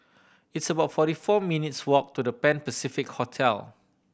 it's about forty four minutes' walk to The Pan Pacific Hotel